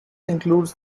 includes